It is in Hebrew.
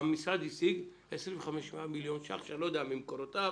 המשרד השיג 25 מיליון ש"ח אני לא יודע אם ממקורותיו,